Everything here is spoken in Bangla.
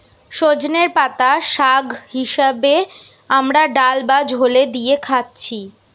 সজনের পাতা শাগ হিসাবে আমরা ডাল বা ঝোলে দিয়ে খাচ্ছি